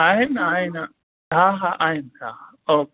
आहिनि न आहिनि हा हा हा आहिनि